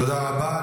תודה רבה.